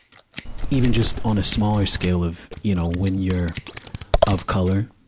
even just on a smaller scale of, you know, when you're of color,